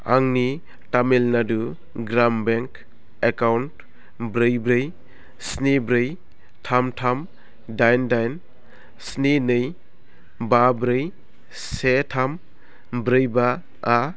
आंनि तामिलनाडु ग्राम bank account ब्रै ब्रै स्नि ब्रै थाम थाम दाइन दाइन स्नि नै बा ब्रै से थाम ब्रै बाआ